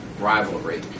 Rivalry